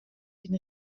den